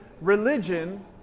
religion